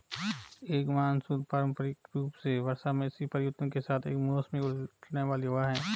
एक मानसून पारंपरिक रूप से वर्षा में इसी परिवर्तन के साथ एक मौसमी उलटने वाली हवा है